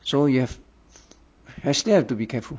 so you've still have to be careful